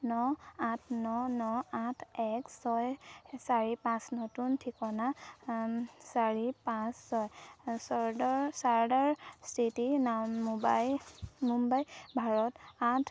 ন আঠ ন ন আঠ এক ছয় চাৰি পাঁচ নতুন ঠিকনা চাৰি পাঁচ ছয় চৰ্ডৰ চাৰ্ডাৰ চিটি নাম মুম্বাই মুম্বাই ভাৰত আঠ